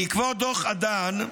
בעקבות דוח אדן,